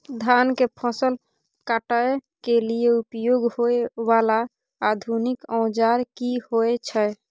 धान के फसल काटय के लिए उपयोग होय वाला आधुनिक औजार की होय छै?